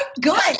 good